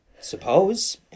suppose